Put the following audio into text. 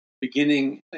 beginning